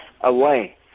away